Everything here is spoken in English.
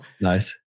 Nice